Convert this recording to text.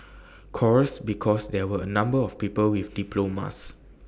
course because there were A number of people with diplomas